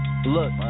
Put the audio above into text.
Look